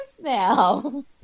now